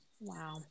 Wow